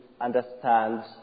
understand